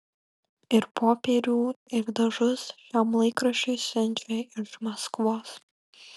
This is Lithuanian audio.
ir popierių ir dažus šiam laikraščiui siunčia iš maskvos